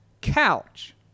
couch